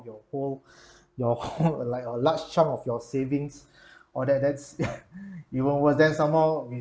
your whole your whole uh like a large chunk of your savings all that that's even worse then somehow you